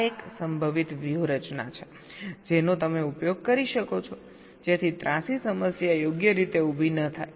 આ એક સંભવિત વ્યૂહરચના છે જેનો તમે ઉપયોગ કરી શકો છો જેથી ત્રાંસી સમસ્યા યોગ્ય રીતે ઊભી ન થાય